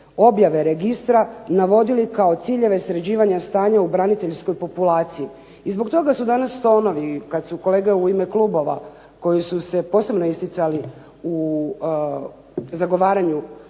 objave registra navodili kao ciljeve sređivanja stanja u braniteljskoj populaciji, i zbog toga su danas …/Ne razumije se./… kad su kolege u ime klubova koji su se posebno isticali u zagovaranju